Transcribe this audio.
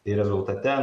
ir rezultate